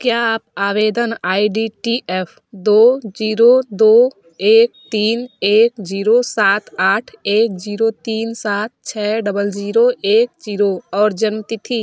क्या आप आवेदन आई डी टी एक दो जीरो दो एक तीन एक जीरो सात आठ एक जीरो तीन सात छः डबल जीरो एक जीरो और जन्म तिथि